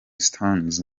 stones